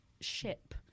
ship